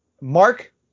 Mark